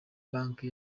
banki